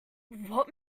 what